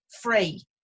free